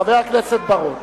חבר הכנסת בר-און.